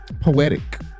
poetic